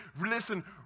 listen